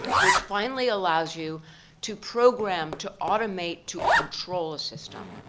which finally allows you to program, to automate, to control a system.